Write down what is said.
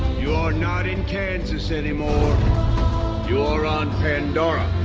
you're not in kansas anymore you are on pandora